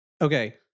Okay